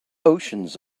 oceans